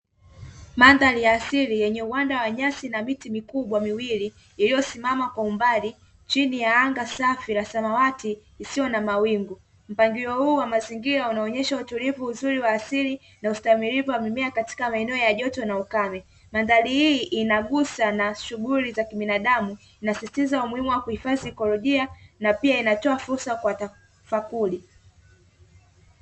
Mandhari ya asili yenye uwanda wa nyasi na miti mikubwa miwili iliyosimama kwa umbali chini ya anga safi na samawati isiyo na mawingu, mpangilio huu wa mazingira unaonyesha utulivu mzuri wa asili na ustahimilivu wa mimea katika maeneo ya joto na ukame. Mandhari hii inagusa na shughuli za kibinadamu nasisitiza umuhimu wa kuhifadhi ikolojia na pia inatoa fursa kwa tafakuli